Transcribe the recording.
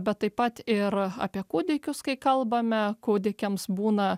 bet taip pat ir apie kūdikius kai kalbame kūdikiams būna